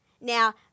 Now